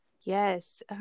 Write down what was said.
Yes